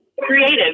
Creative